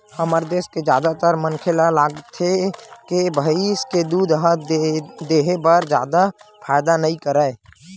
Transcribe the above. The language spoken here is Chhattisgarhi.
हमर देस के जादातर मनखे ल लागथे के भइस के दूद ह देहे बर जादा फायदा नइ करय